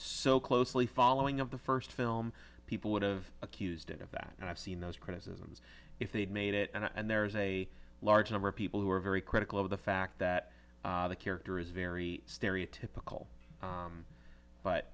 so closely following of the first film people would've accused it of that and i've seen those criticisms if they'd made it and there's a large number of people who are very critical of the fact that the character is very stereotypical